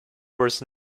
was